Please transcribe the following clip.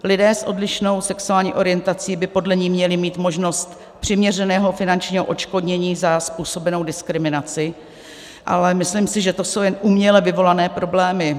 Lidé s odlišnou sexuální orientací by podle ní měli mít možnost přiměřeného finančního odškodnění za způsobenou diskriminaci, ale myslím si, že to jsou jen uměle vyvolané problémy.